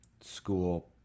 school